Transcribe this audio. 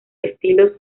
estilos